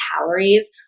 calories